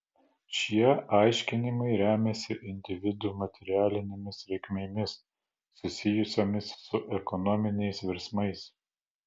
šie aiškinimai remiasi individų materialinėmis reikmėmis susijusiomis su ekonominiais virsmais